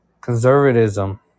conservatism